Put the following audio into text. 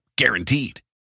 Guaranteed